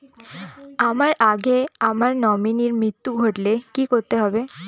আমার আগে আমার নমিনীর মৃত্যু ঘটলে কি করতে হবে?